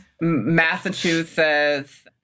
Massachusetts